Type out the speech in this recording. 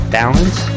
balance